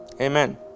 amen